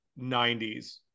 90s